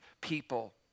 people